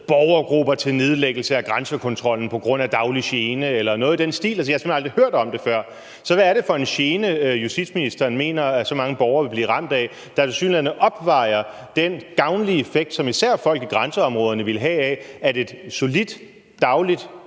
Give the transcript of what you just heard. borgergrupper til nedlæggelse af grænsekontrollen på grund af daglig gene eller noget i den stil. Altså, jeg har simpelt hen aldrig hørt om det før. Så hvad er det for en gene, der tilsyneladende opvejer den gavnlige effekt, som især folk i grænseområderne ville have, af, at et solidt dagligt